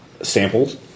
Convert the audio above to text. samples